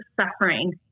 suffering